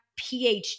PhD